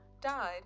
died